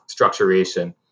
structuration